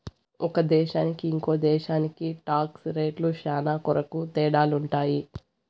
ఒక దేశానికి ఇంకో దేశానికి టాక్స్ రేట్లు శ్యానా కొరకు తేడాలుంటాయి